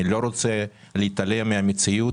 אני לא רוצה להתעלם מן המציאות.